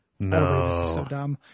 No